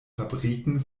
fabriken